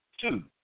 Two